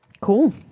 Cool